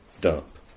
dump